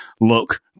look